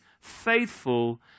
faithful